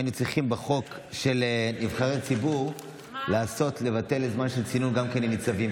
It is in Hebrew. היינו צריכים בחוק של נבחרי הציבור לבטל זמן של צינון גם עם ניצבים.